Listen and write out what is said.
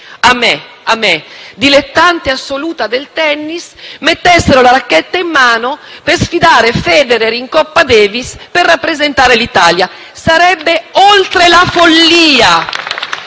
se a me, dilettante assoluta del tennis, mettessero la racchetta in mano per sfidare Federer in Coppa Davis per rappresentare l'Italia. *(Applausi